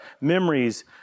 memories